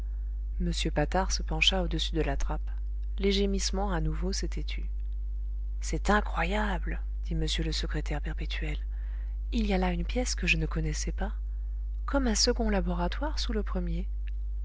m patard se pencha au-dessus de la trappe les gémissements à nouveau s'étaient tus c'est incroyable dit m le secrétaire perpétuel il y a là une pièce que je ne connaissais pas comme un second laboratoire sous le premier